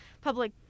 public